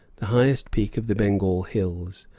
the highest peak of the bengal hills,